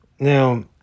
Now